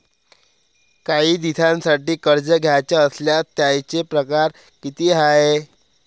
कायी दिसांसाठी कर्ज घ्याचं असल्यास त्यायचे परकार किती हाय?